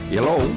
Hello